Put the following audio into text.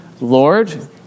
lord